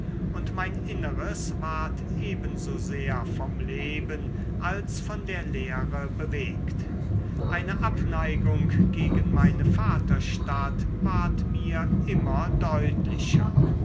und mein inneres ward ebenso sehr vom leben als von der lehre bewegt eine abneigung gegen meine vaterstadt ward mir immer deutlicher